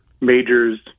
majors